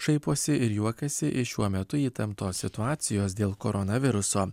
šaiposi ir juokiasi iš šiuo metu įtemptos situacijos dėl koronaviruso